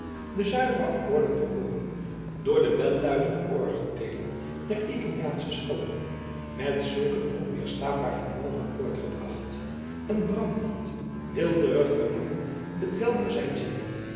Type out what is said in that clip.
de zuivere accoorden te hooren door de welluidende orgelkelen der italiaansche schoonen met zulk een onwederstaanbaar vermogen voortgebracht een brandend weelderig verlangen bedwelmde zijn zinnen